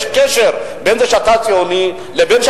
יש קשר בין זה שאתה ציוני לבין זה